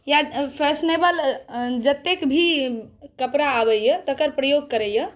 या फैशनेबला जतेक भी कपड़ा आबैया तकर प्रयोग करैया